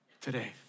today